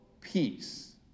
peace